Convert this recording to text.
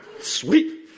sweet